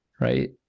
Right